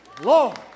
Lord